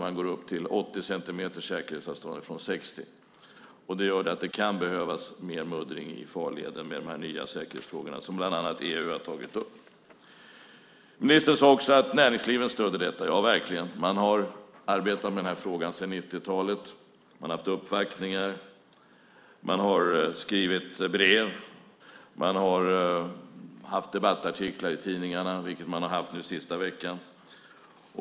Man går från ett säkerhetsavstånd på 60 centimeter till 80 centimeter. Därför kan det behövas mer muddring i farleden med tanke på de nya säkerhetsfrågorna som bland annat EU har tagit upp. Ministern sade också att näringslivet stöder detta. Ja, så är det verkligen. Man har arbetat med denna fråga sedan 90-talet. Man har gjort uppvaktningar, man har skrivit brev, och man har skrivit debattartiklar i tidningarna, bland annat under den senaste veckan.